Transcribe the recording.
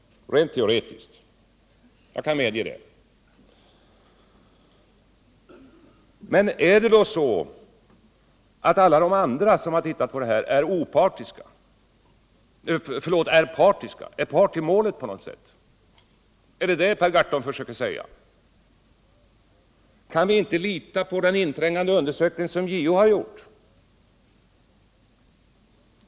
Men 9 maj 1978 är det så att alla de andra som har studerat den här saken är parter i målet på något sätt? Är det vad Per Gahrton försöker säga? Kan vi inte lita på den inträngande undersökning som JO har gjort?